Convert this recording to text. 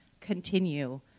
continue